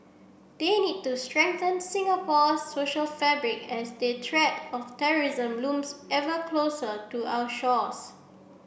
they need to strengthen Singapore's social fabric as they threat of terrorism looms ever closer to our shores